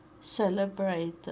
celebrate